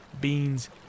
beans